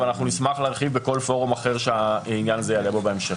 אבל אנחנו נשמח להרחיב בכל פורום אחר שהעניין הזה יעלה בו בהמשך.